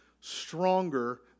stronger